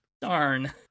Darn